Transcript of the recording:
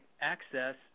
access –